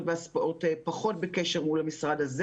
והספורט אנחנו פחות בקשר מול המשרד הזה.